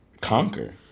conquer